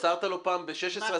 מסרת לו פעם ב-2016?